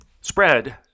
spread